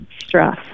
stress